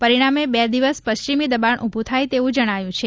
પરિણામે બે દિવસ પશ્ચિમી દબાણ ઉભું થાય તેવું જણાવ્યું છે